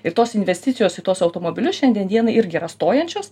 ir tos investicijos į tuos automobilius šiandien dienai irgi yra stojančios